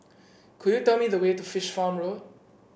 could you tell me the way to Fish Farm Road